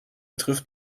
trifft